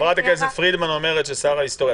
חברת הכנסת פרידמן אומרת ששר ההיסטוריה ישפוט.